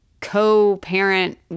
co-parent